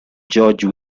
george